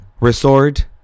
Resort